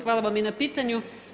Hvala vam i na pitanju.